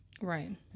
right